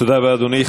תודה רבה, אדוני.